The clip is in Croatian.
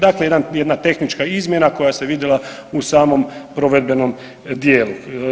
Dakle, jedna tehnička izmjena koja se vidjela u samom provedbenom dijelu.